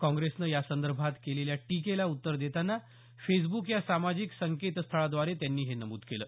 काँग्रेसनं यासंदर्भात केलेल्या टीकेला उत्तर देतांना फेसब्क या सामाजिक संकेतस्थळाद्वारे त्यांनी हे नमूद केलं